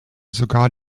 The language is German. sogar